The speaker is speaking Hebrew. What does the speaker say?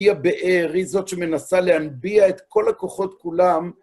היא הבאר, היא זאת שמנסה להנביע את כל הכוחות כולם.